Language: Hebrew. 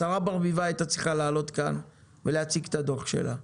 השרה ברביבאי הייתה צריכה לעלות כאן ולהציג את הדוח שלה,